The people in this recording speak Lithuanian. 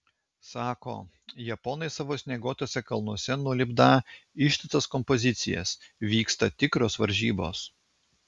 sako japonai savo snieguotuose kalnuose nulipdą ištisas kompozicijas vyksta tikros varžybos